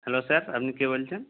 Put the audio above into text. hello sir আপনি কে বলছেন